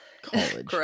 college